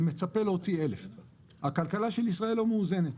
אני מצפה להוציא 1,000. הכלכלה של ישראל לא מאוזנת.